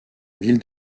ville